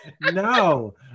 no